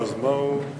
לא, אז מה הוא,